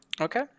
okay